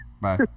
Bye